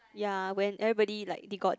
ya when everybody like they got